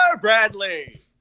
Bradley